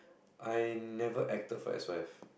I never acted for S_Y_F